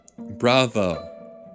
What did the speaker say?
Bravo